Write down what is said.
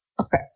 Okay